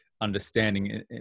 understanding